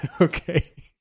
Okay